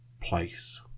place